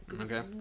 okay